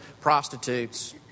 prostitutes